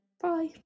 bye